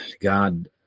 God